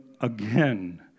again